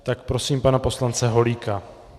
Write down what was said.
Tak prosím pana poslance Holíka.